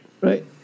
right